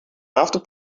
after